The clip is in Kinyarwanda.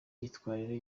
imyitwarire